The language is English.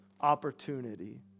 opportunity